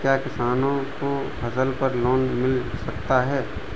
क्या किसानों को फसल पर लोन मिल सकता है?